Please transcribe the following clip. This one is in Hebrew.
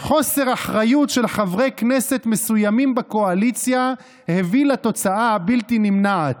"חוסר אחריות של חברי כנסת מסוימים בקואליציה הביא לתוצאה הבלתי-נמנעת.